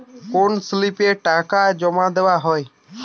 কোন স্লিপে টাকা জমাদেওয়া হয়?